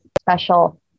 special